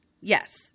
Yes